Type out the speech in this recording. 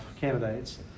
candidates